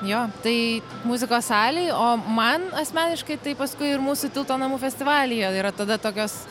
jo tai muzikos salėj o man asmeniškai tai paskui ir mūsų tilto namų festivalyje yra tada tokios